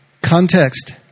Context